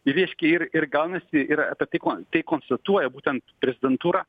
ir reiškia ir ir gaunasi ir apie tai kon tai konstatuoja būtent prezidentūra